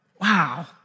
Wow